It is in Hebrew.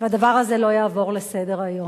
והדבר הזה לא יעבור מסדר-היום.